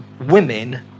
women